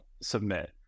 submit